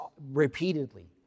repeatedly